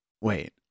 wait